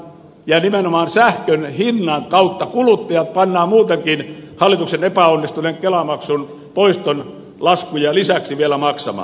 eli nimenomaan sähkön hinnan kautta kuluttajat pannaan lisäksi vielä hallituksen muutenkin epäonnistuneen kelamaksun poiston laskuja maksamaan